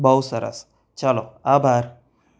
બહુ સરસ ચલો આભાર